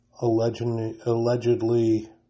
allegedly